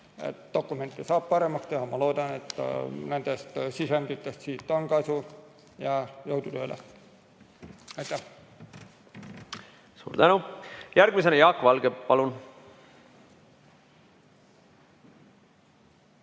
Dokumente saab paremaks teha. Ma loodan, et nendest sisenditest siin on kasu. Jõudu tööle! Suur tänu! Järgmisena Jaak Valge, palun!